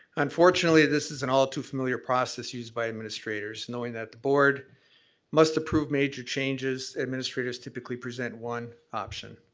unfortunately this is an all too familiar process used by administrators knowing that the board must approve major changes administrators typically present one option,